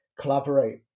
collaborate